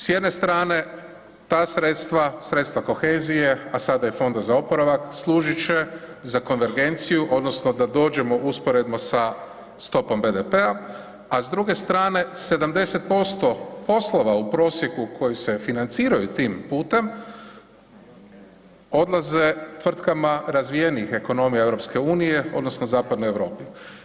S jedne strane ta sredstva, sredstva kohezije, a sada i Fonda za oporavak služit će za konvergenciju odnosno da dođemo usporedno sa stopom BDP-a, a s druge strane 70% poslova u prosjeku koji se financiraju tim putem odlaze tvrtkama razvijenijih ekonomija EU odnosno zapadnoj Europi.